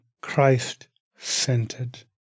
Christ-centered